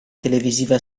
televisiva